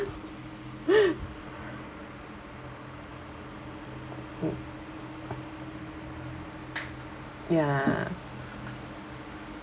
mm ya